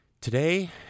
today